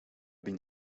been